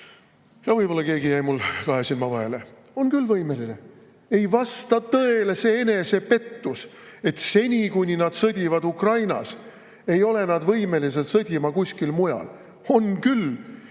Võib-olla keegi jäi mul kahe silma vahele. On küll võimeline! Ei vasta tõele see enesepettus, et seni, kuni nad sõdivad Ukrainas, ei ole nad võimelised sõdima kuskil mujal. On küll!